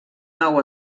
nou